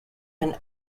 and